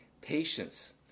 patience